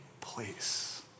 place